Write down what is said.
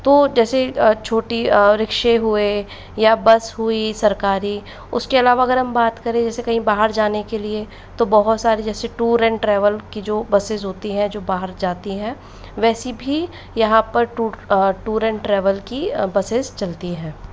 तो जैसे छोटी रिक्शे हुए या बस हुई सरकारी उसके अलावा अगर हम बात करें जैसे कहीं बाहर जाने के लिए तो बहुत सारे जैसे टूर एंड ट्रेवल की जो बसेज होती हैं जो बाहर जाती हैं वैसी भी यहाँ पर टू टूर एंड ट्रेवल की बसेज चलती हैं